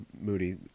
Moody